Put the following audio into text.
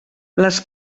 les